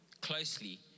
closely